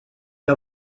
que